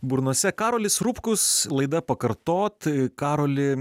burnose karolis rupkus laida pakartot karoli